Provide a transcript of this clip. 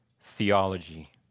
theology